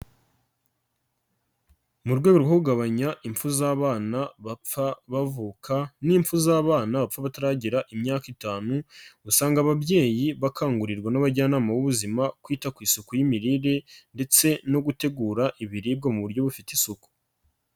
Mu rwego rwo kugabanya impfu z'abana bapfa bavuka n'impfu z'abanapfa bataragira imyaka itanu, usanga ababyeyi bakangurirwa n'abajyanama b'ubuzima, kwita ku isuku y'imirire ndetse no gutegura ibiribwa mu buryo bufite isuku.